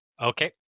Okay